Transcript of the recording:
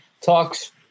talks